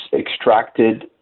extracted